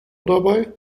dabei